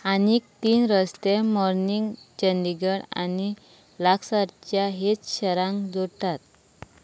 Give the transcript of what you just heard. आनी तीन रस्ते मोरनीक चंडीगड आनी लागसारच्या हेत शारांक जोडटात